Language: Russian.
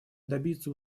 добиться